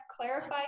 clarify